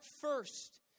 first